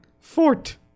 Fort